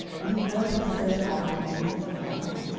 and he burnt his burnt offering and his meat offering,